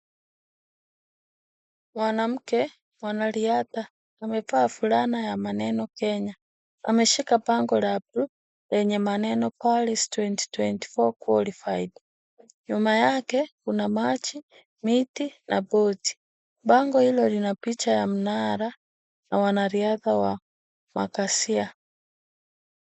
Mwanamke mwanariadha amevaa fulana ya maneno Kenya, ameshika bango la bluu lenye maneno ya Paris 2025 Qualified ,nyuma yake kuna maji, miti na boti , bango hilo lina picha la mnara na wanariadha wa makasia.